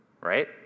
right